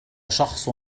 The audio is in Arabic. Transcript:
شخص